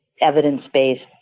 evidence-based